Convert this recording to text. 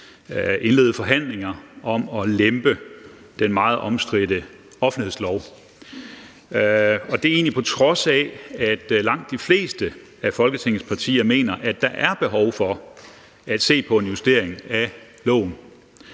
indlede forhandlinger om at lempe den meget omstridte offentlighedslov, og det er sådan, på trods af at langt de fleste af Folketingets partier mener, at der er behov for at se på en justering af loven.